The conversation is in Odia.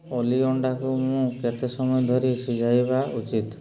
ଓଲି ଅଣ୍ଡାକୁ ମୁଁ କେତେ ସମୟ ଧରି ସିଝାଇବା ଉଚିତ୍